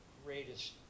greatest